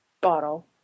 bottle